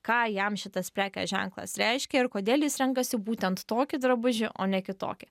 ką jam šitas prekės ženklas reiškia ir kodėl jis renkasi būtent tokį drabužį o ne kitokį